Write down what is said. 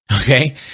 okay